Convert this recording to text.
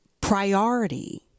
priority